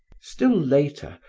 still later,